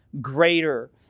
greater